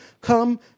come